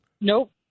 Nope